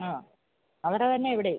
ആ ആ വില തന്നെയാണ് ഇവിടെയും